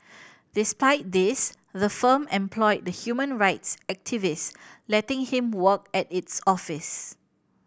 despite this the firm employed the human rights activist letting him work at its office